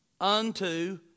unto